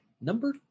number